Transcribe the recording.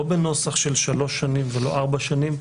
לא בנוסח של שלוש שנים ולא ארבע שנים,